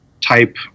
type